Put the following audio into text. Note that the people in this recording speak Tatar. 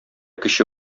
кече